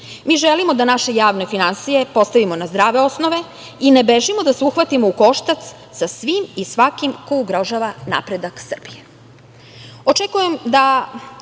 Mi želimo da naše javne finansije postavimo na zdrave osnove i ne bežimo da se uhvatimo u koštac sa svim i svakim ko ugrožava napredak